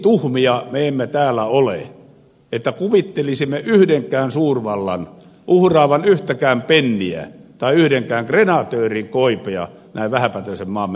niin tuhmia me emme täällä ole että kuvittelisimme yhdenkään suurvallan uhraavan yhtäkään penniä tai yhdenkään krenatöörin koipea näin vähäpätöisen maamme puolesta